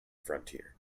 frontier